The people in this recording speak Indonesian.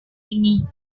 ini